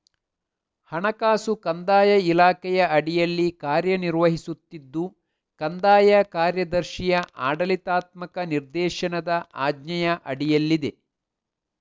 ಹಣಕಾಸು ಕಂದಾಯ ಇಲಾಖೆಯ ಅಡಿಯಲ್ಲಿ ಕಾರ್ಯ ನಿರ್ವಹಿಸುತ್ತಿದ್ದು ಕಂದಾಯ ಕಾರ್ಯದರ್ಶಿಯ ಆಡಳಿತಾತ್ಮಕ ನಿರ್ದೇಶನದ ಆಜ್ಞೆಯ ಅಡಿಯಲ್ಲಿದೆ